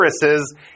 viruses